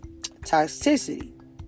toxicity